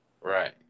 right